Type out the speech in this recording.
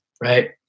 Right